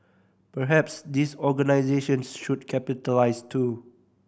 perhaps these organisations should capitalise too